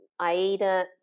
Aida